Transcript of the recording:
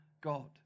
God